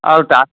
ଆଉ ତା